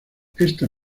esta